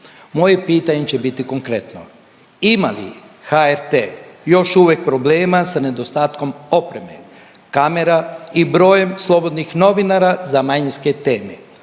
Moje pitanje će biti konkretno, ima li HRT još uvijek problema sa nedostatkom opreme, kamera i brojem slobodnih novinara za manjinske teme?